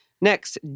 Next